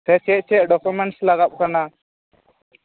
ᱥᱮ ᱪᱮᱫ ᱪᱮᱫ ᱰᱚᱠᱳᱢᱮᱱᱥ ᱞᱟᱜᱟᱜ ᱠᱟᱱᱟ